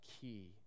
key